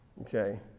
okay